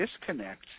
disconnect